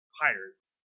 Pirates